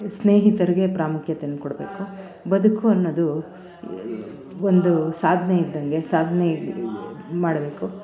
ಸ್ನೇಹಿತರಿಗೆ ಪ್ರಾಮುಖ್ಯತೆಯನ್ ಕೊಡಬೇಕು ಬದುಕು ಅನ್ನೋದು ಒಂದು ಸಾಧ್ನೆ ಇದ್ದಂಗೆ ಸಾಧ್ನೆ ಮಾಡಬೇಕು